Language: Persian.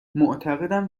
معتقدم